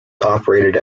operated